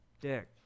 Dick